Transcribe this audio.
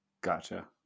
Gotcha